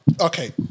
okay